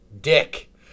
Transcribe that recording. Dick